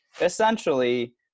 essentially